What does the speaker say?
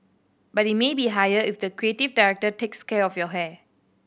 but it may be higher if the creative director takes care of your hair